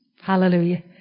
Hallelujah